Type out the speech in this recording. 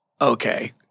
okay